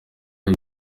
ari